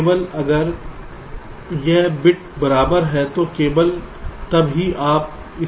केवल अगर यह बिट बराबर है तो केवल तब ही आप इसे सक्रिय करते हैं